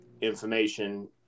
information